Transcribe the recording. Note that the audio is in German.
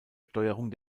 steuerung